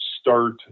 start